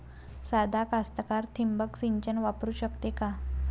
सादा कास्तकार ठिंबक सिंचन वापरू शकते का?